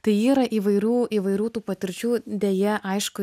tai yra įvairių įvairių tų patirčių deja aišku